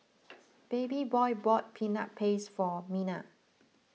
Babyboy bought Peanut Paste for Mina